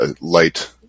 light